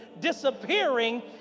disappearing